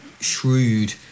shrewd